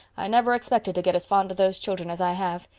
i never expected to get as fond of those children as i have.